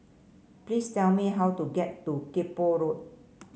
please tell me how to get to Kay Poh Road